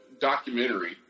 documentary